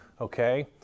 okay